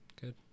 Good